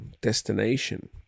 destination